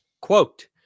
Quote